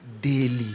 daily